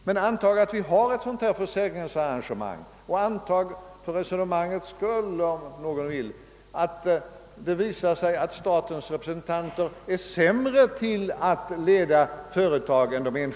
Men låt oss bara för resonemangets skull antaga att det visar sig att statens representanter är sämre skickade att leda de enskilda företagen.